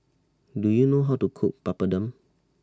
Do YOU know How to Cook Papadum